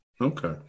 Okay